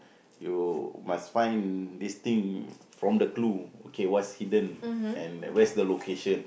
you must find this thing from the clue okay what's hidden and what's the location